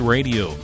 Radio